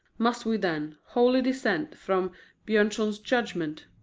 must we, then, wholly dissent from bjornson's judgment?